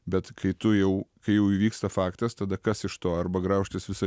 bet kai tu jau kai jau įvyksta faktas tada kas iš to arba graužtis visą